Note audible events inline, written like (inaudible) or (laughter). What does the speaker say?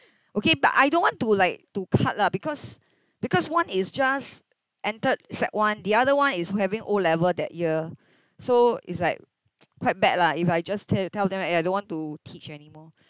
okay but I don't want to like to cut lah because because one is just entered sec one the other one is having o-level that year so it's like (noise) quite bad lah if I just te~ tell them eh I don't want to teach anymore